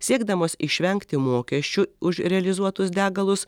siekdamos išvengti mokesčių už realizuotus degalus